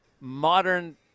modern